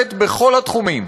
כושלת בכל תחומים.